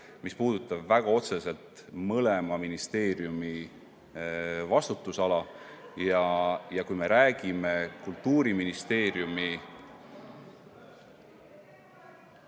mis puudutab väga otseselt mõlema ministeeriumi vastutusala. Kui me räägime Kultuuriministeeriumi ...